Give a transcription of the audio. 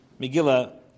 Megillah